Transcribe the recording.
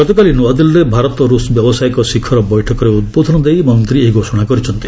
ଗତକାଲି ନୂଆଦିଲ୍ଲୀରେ ଭାରତ ରୁଷ୍ ବ୍ୟବସାୟିକ ଶିଖର ବୈଠକରେ ଉଦ୍ବୋଧନ ଦେଇ ମନ୍ତ୍ରୀ ଏହି ଘୋଷଣା କରିଛନ୍ତି